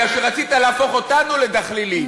כי רצית להפוך אותנו לדחלילים.